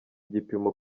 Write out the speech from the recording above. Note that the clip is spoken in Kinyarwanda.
igipimo